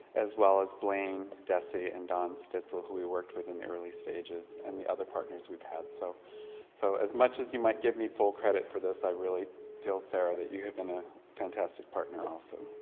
as well as, blane dessy and dawn stitzel who we worked with in the early stages and the other partners we've had, so so as much as you might give me full credit for this i really feel sara that you have been a fantastic partner also.